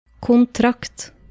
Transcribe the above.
Contract